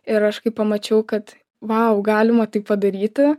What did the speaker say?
ir aš kai pamačiau kad vau galima taip padaryti